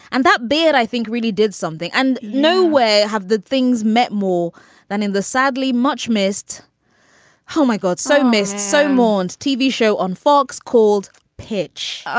and that beard, i think, really did something. and no way. have the things met more than in the sadly much missed home. i got so missed. so mourned. tv show on fox called pitch. let's